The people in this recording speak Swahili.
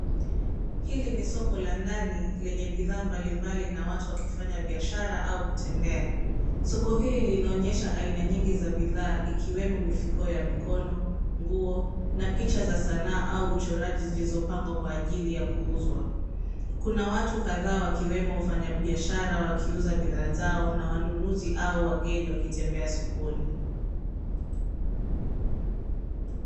Hili ni soko la ndani lenye bidhaa mbalimbali na watu wakifanya biashara au kutembea, soko hili linaonyesha aina nyingi za bidhaa ikiwemo mifuko ya mikono ,nguo na picha za sanaa au uchoraji zilizopangwa kwa ajili ya kuuzwa, kuna watu kadhaa wakiwemo wafanyabiashara wakiuza bidhaa zao na wanunuzi au wageni wakitembea sokoni.